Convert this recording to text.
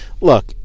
Look